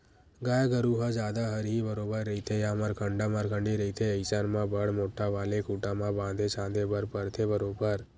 गाय गरु ह जादा हरही बरोबर रहिथे या मरखंडा मरखंडी रहिथे अइसन म बड़ मोट्ठा वाले खूटा म बांधे झांदे बर परथे बरोबर